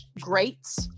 greats